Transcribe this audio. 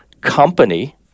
company